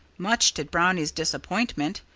much to brownie's disappointment,